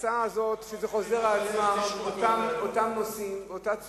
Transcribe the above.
הנושאים חוזרים על עצמם, אותם נושאים באותה צורה.